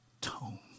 tone